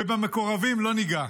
ובמקורבים לא ניגע,